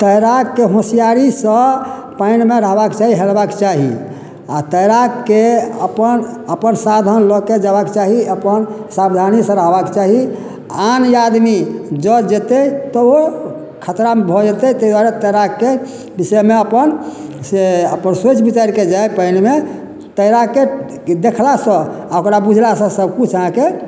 तैराकके होशियारीसँ पानिमे रहबाक चाही हेलबाक चाही आ तैराकके अपन अपन साधन लऽके जेबाके चाही अपन सावधानीसँ रहबाक चाही आन आदमी जऽ जेतै तब खतरामे भऽ जेतै ताहि दुआरे तैराकके विषयमे अपन सोचि बिचारिके जाइ पानिमे तैराके देखला सऽ आ ओकरा बुझलासँ सभकिछु अहाँके